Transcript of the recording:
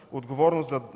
отговорността